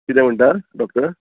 किदें म्हणटा डॉक्टर